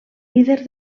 líder